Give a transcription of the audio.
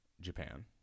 Japan